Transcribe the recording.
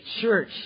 church